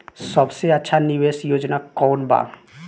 सबसे अच्छा निवेस योजना कोवन बा?